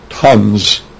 tons